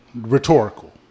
Rhetorical